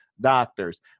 doctors